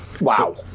Wow